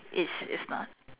it's it's not